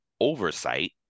oversight